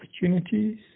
opportunities